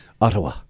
Ottawa